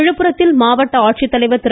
விழுப்புரத்தில் மாவட்ட ஆட்சித்தலைவர் திரு